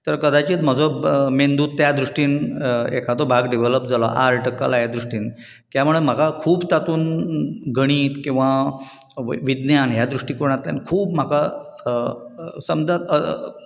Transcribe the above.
तर कदाचीत म्हजो मेंदू त्या दृश्टींन एकादो भाग डिवलोप जालो आर्ट कला ह्या दृश्टीन त्या मुळे म्हाका खूब तातूंत गणित किंवा विज्ञान ह्या दृश्टीकोनांतल्यान खूब म्हाका समजा